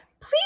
please